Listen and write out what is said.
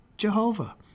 Jehovah